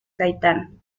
gaitán